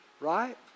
right